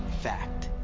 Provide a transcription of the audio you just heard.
fact